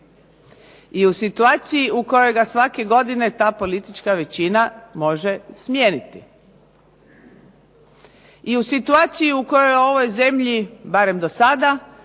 i u situaciji u kojoj ga svake godine ta politička većina može smijeniti, i u situaciji u kojoj je u ovoj zemlji barem do sada